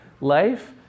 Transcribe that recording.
life